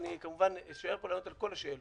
אני כמובן אשאר פה לענות על כל השאלות,